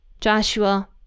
Joshua